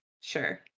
sure